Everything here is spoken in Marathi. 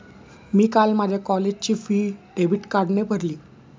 मी काल माझ्या कॉलेजची फी डेबिट कार्डने भरली